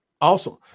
Awesome